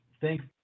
Thanks